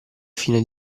fine